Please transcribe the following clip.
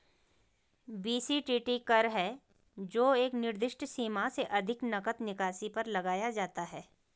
BCTT कर है जो एक निर्दिष्ट सीमा से अधिक नकद निकासी पर लगाया जाता है